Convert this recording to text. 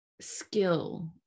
skill